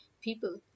people